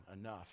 enough